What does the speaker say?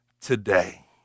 today